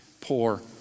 poor